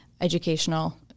educational